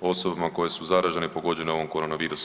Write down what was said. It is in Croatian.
osobama koje su zaražene, pogođene ovom korona virusom.